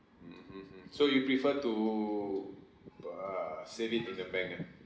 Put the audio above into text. mmhmm so you prefer to err save it in the bank ah